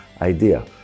idea